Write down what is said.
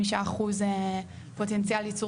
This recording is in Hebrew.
באופן פוטנציאלי,